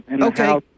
Okay